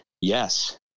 Yes